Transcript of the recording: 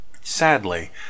Sadly